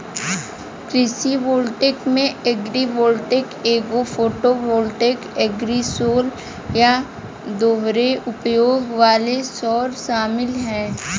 कृषि वोल्टेइक में agrivoltaic agro photovoltaic agrisol या दोहरे उपयोग वाले सौर शामिल है